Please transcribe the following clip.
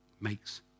makes